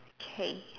K